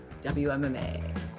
WMMA